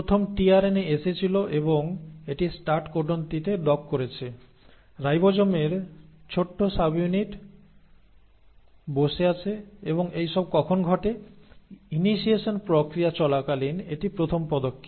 প্রথম টিআরএনএ এসেছিল এবং এটি স্টার্ট কোডনটিতে ডক করেছে রাইবোজোমের ছোট সাবইউনিট বসে আছে এবং এইসব কখন ঘটে ইনিশিয়েশন প্রক্রিয়া চলাকালীন এটি প্রথম পদক্ষেপ